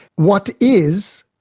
what is,